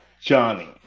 Johnny